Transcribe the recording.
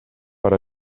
per